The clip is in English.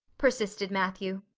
persisted matthew.